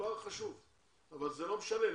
המספר חשוב אבל זה לא משנה,